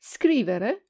scrivere